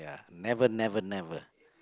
never never never